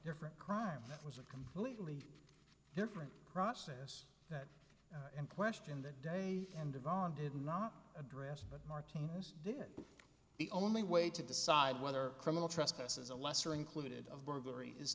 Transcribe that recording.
different crime that was a completely different process and question that day and yvonne did not address but martinez did the only way to decide whether criminal trespass is a lesser included of burglary is